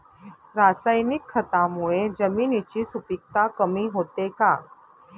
रासायनिक खतांमुळे जमिनीची सुपिकता कमी होते का?